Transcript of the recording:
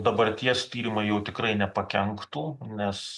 dabarties tyrimai jau tikrai nepakenktų nes